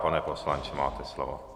Pane poslanče, máte slovo.